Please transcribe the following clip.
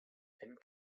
wenn